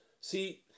See